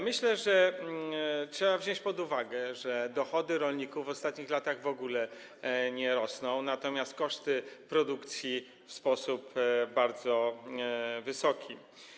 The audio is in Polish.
Myślę, że trzeba wziąć pod uwagę, że dochody rolników w ostatnich latach w ogóle nie rosną, natomiast koszty produkcji są bardzo wysokie.